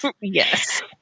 Yes